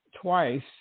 twice